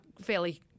fairly